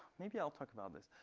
maybe i'll talk about this.